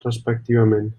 respectivament